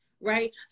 right